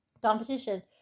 competition